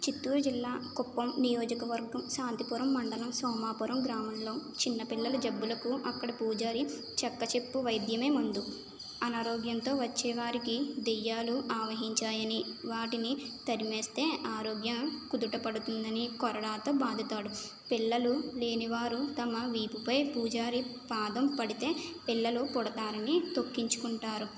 చిత్తూరు జిల్లా కుప్పం నియోజకవర్గం శాంతిపురం మండలం సోమాపురం గ్రామంలో చిన్న పిల్లలు జబ్బులకు అక్కడ పూజారి చెత్తచెప్పు వైద్యమే మందు అనారోగ్యంతో వచ్చేవారికి దెయ్యాలు ఆవహించాయని వాటిని తరిమేస్తే ఆరోగ్యం కుదుటపడుతుందని కొరడాతో బాదుతాడు పిల్లలు లేనివారు తమ వీపుపై పూజారి పాదం పడితే పిల్లలు పుడతారని తొక్కించుకుంటారు